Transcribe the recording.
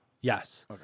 Yes